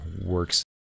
works